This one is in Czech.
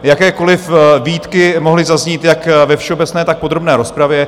Jakékoliv výtky mohly zaznít jak ve všeobecné, tak v podrobné rozpravě.